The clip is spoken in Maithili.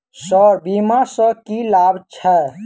सर बीमा सँ की लाभ छैय?